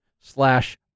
slash